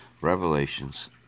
Revelations